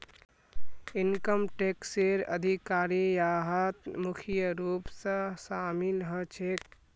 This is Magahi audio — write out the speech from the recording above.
इनकम टैक्सेर अधिकारी यहात मुख्य रूप स शामिल ह छेक